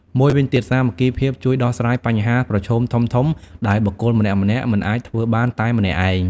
មួយវិញទៀត សាមគ្គីភាពជួយដោះស្រាយបញ្ហាប្រឈមធំៗដែលបុគ្គលម្នាក់ៗមិនអាចធ្វើបានតែម្នាក់ឯង។